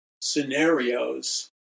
scenarios